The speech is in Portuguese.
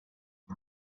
que